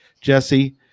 Jesse